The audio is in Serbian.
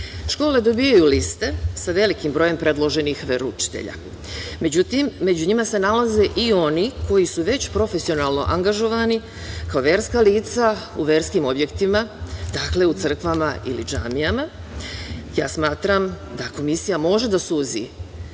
Škole dobijaju liste sa velikim brojem predloženih veroučitelja. Međutim, među njima se nalaze i oni koji su već profesionalno angažovani kao verska lica u verskim objektima, dakle u crkvama ili džamijama. Smatram da Komisija može da suzi